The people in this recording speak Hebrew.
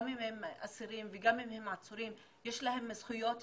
גם אם הם אסירים וגם אם הם עצורים יש להם זכויות בסיסיות,